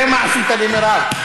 תראה מה עשית למירב.